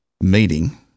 meeting